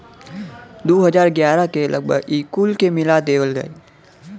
दू हज़ार ग्यारह के लगभग ई कुल के मिला देवल गएल